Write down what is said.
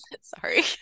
sorry